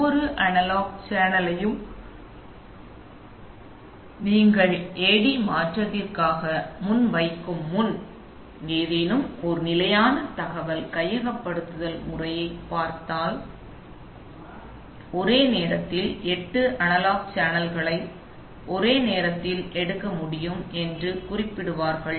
ஒவ்வொரு அனலாக் சேனலையும் நீங்கள் AD மாற்றத்திற்காக முன்வைக்கும் முன் ஏதேனும் ஒரு நிலையான தகவல் கையகப்படுத்தல் முறையைப் பார்த்தால் ஒரே நேரத்தில் எட்டு அனலாக் சேனல்களை ஒரே நேரத்தில் எடுக்க முடியும் என்று குறிப்பிடுவார்கள்